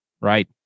Right